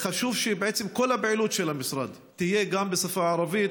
חשוב שבעצם כל הפעילות של המשרד תהיה גם בשפה הערבית.